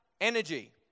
energy